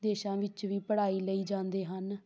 ਦੇਸ਼ਾਂ ਵਿੱਚ ਵੀ ਪੜ੍ਹਾਈ ਲਈ ਜਾਂਦੇ ਹਨ